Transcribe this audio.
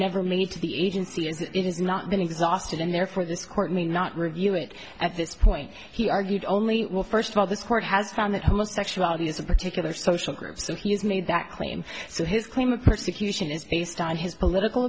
never made to the agency as it has not been exhausted and therefore this court me not review it at this point he argued only well first of all this court has found that homosexuality is a particular social group so he has made that claim so his claim of persecution is based on his political